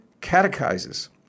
catechizes